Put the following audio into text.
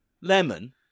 lemon